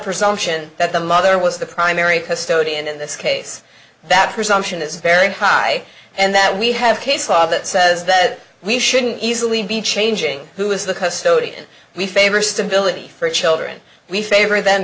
presumption that the mother was the primary custodian in this case that presumption is very high and that we have case law that says that we shouldn't easily be changing who is the custodian we favor stability for children we favor them